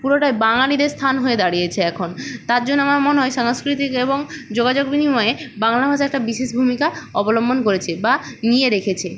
পুরোটাই বাঙালিদের স্থান হয়ে দাঁড়িয়েছে এখন তার জন্য আমার মনে হয় সাংস্কৃতিক এবং যোগাযোগ বিনিময়ে বাংলা ভাষা একটা বিশেষ ভূমিকা অবলম্বন করেছে বা নিয়ে রেখেছে